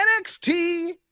NXT